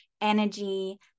energy